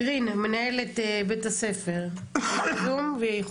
שלום לכולם, אני פידא